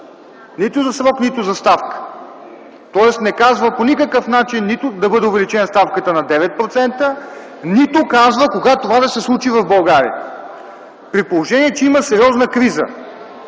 за срок, нито за ставка. Тоест не казва по никакъв начин нито да бъде увеличена ставката на 9%, нито казва кога това да се случи в България. При положение че има сериозна криза